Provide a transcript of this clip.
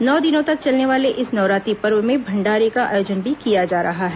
नौ दिनों तक चलने वाले इस नवरात्रि पर्व में भंडारे का आयोजन भी किया जा रहा है